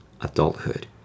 adulthood